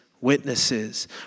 witnesses